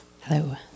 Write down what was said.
Hello